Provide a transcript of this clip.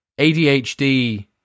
ADHD